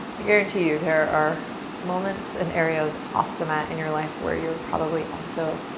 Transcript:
i guarantee you, there are moments and areas off the mat in your life where you're probably also